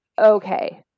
okay